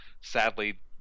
sadly